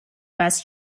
best